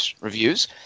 reviews